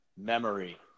memory